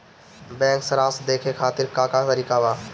Bank सराश देखे खातिर का का तरीका बा?